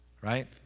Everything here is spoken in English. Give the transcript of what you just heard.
Right